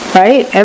right